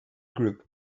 group